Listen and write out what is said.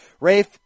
Rafe